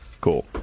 Cool